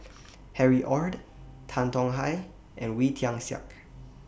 Harry ORD Tan Tong Hye and Wee Tian Siak